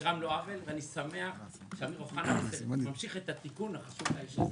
ואני שמח שאמיר אוחנה ממשיך את התיקון החשוב לאיש הזה.